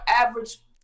average